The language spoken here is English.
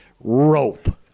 rope